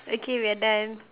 okay we're done